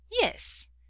Yes